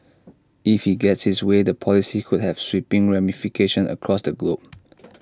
if he gets his way the policy could have sweeping ramifications across the globe